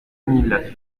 mille